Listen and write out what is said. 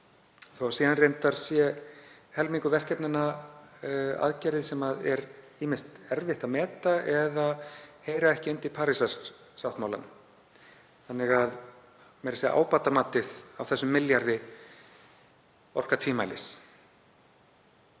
þó að síðan sé reyndar helmingur verkefnanna aðgerðir sem er ýmist erfitt að meta eða heyra ekki undir Parísarsáttmálann. Þannig að meira að segja ábatamatið af þessum milljarði orkar tvímælis.